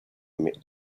met